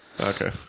Okay